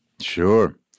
Sure